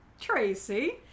tracy